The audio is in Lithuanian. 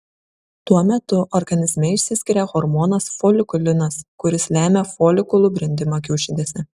tuo metu organizme išsiskiria hormonas folikulinas kuris lemia folikulų brendimą kiaušidėse